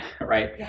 right